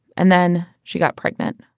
and then, she got pregnant